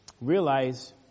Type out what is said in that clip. Realize